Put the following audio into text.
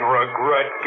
regret